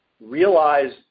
realize